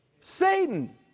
Satan